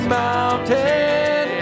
mountain